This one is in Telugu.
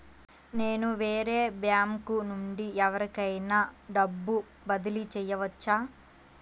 నేను వేరే బ్యాంకు నుండి ఎవరికైనా డబ్బు బదిలీ చేయవచ్చా?